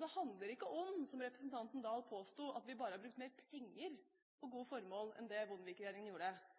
Det handler ikke om – som representanten Dahl påsto – at vi bare har brukt mer penger på gode formål enn det Bondevik-regjeringen gjorde.